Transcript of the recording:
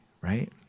right